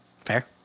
fair